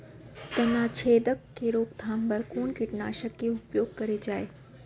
तनाछेदक के रोकथाम बर कोन कीटनाशक के उपयोग करे जाये?